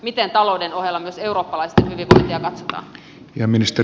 miten talouden ohella myös eurooppalaisten hyvinvointia katsotaan